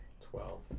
twelve